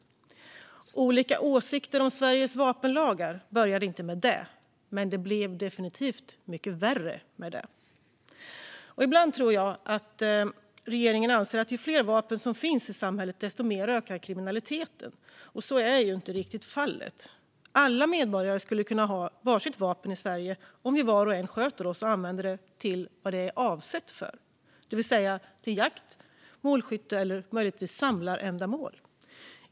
De olika åsikterna om Sveriges vapenlagar uppstod inte då, men det blev definitivt värre. Ibland tror jag att regeringen anser att ju fler vapen som finns i samhället, desto mer ökar kriminaliteten. Men så är inte fallet. Alla Sveriges medborgare skulle kunna ha varsitt vapen om alla skötte sig och använde det till vad det är avsett för, det vill säga till jakt, målskytte eller samlarändamål.